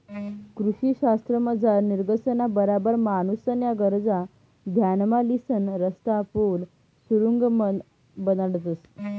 कृषी शास्त्रमझार निसर्गना बराबर माणूसन्या गरजा ध्यानमा लिसन रस्ता, पुल, सुरुंग बनाडतंस